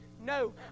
No